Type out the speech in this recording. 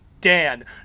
Dan